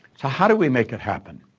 so how do we make it happen?